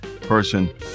Person